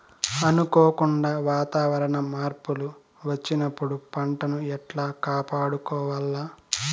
అనుకోకుండా వాతావరణ మార్పులు వచ్చినప్పుడు పంటను ఎట్లా కాపాడుకోవాల్ల?